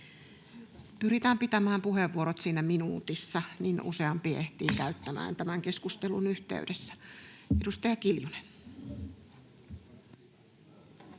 Pyritään pitämään puheenvuorot siinä minuutissa, niin useampi ehtii käyttämään puheenvuoron tämän keskustelun yhteydessä. — Edustaja Kiljunen.